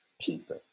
people